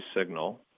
signal